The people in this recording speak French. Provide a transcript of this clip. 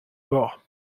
bords